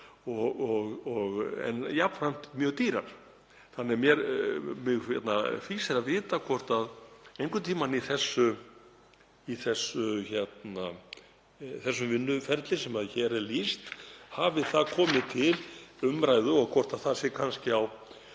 en jafnframt mjög dýrar. Þannig að mig fýsir að vita hvort einhvern tímann í þessu vinnuferli sem hér er lýst hafi það komið til umræðu og hvort það hafi